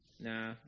Nah